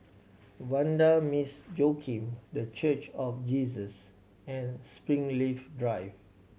Vanda Miss Joaquim The Church of Jesus and Springleaf Drive